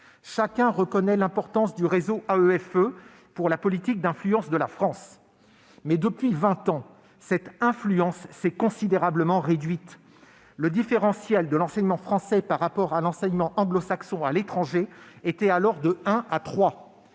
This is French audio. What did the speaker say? chacun reconnaît l'importance de l'AEFE pour la politique d'influence de la France. Depuis vingt ans, cependant, cette influence s'est considérablement réduite. Le différentiel de l'enseignement français par rapport à l'enseignement anglo-saxon à l'étranger était alors de 1 à 3